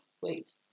Wait